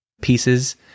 pieces